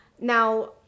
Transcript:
Now